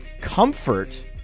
Comfort